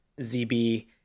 zb